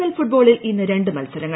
L ഫുട്ബോളിൽ ഇന്ന് രണ്ട് മത്സരങ്ങൾ